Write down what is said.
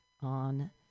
on